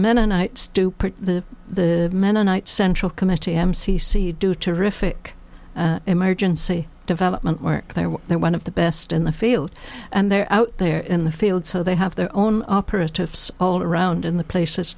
mennonites do part the mennonite central committee m c c do terrific emergency development work they are there one of the best in the field and they're out there in the field so they have their own operatives all around in the places